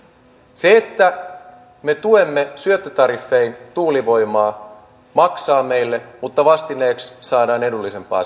se että me tuemme syöttötariffein tuulivoimaa maksaa meille mutta vastineeksi saadaan edullisempaa